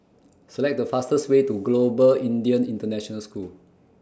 Select The fastest Way to Global Indian International School